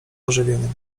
ożywieniem